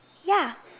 ya